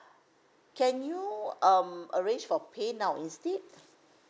can you um arrange for paynow instead